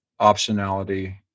optionality